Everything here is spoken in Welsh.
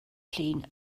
llun